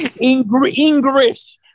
English